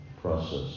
process